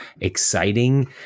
exciting